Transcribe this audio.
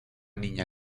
niña